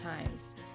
times